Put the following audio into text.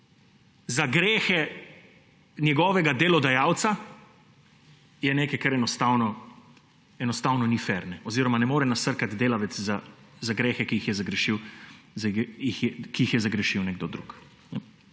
grehov njegovega delodajalca, je nekaj, kar enostavno ni fer oziroma ne more nasrkati delavec zaradi grehov, ki jih je zagrešil nekdo drug.